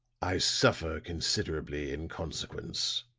i suffer considerably in consequence.